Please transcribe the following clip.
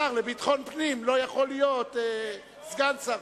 השר לביטחון הפנים לא יכול להיות סגן שר,